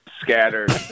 scattered